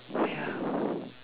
ah ya